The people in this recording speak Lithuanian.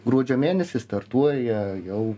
gruodžio mėnesį startuoja jau